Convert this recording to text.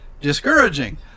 discouraging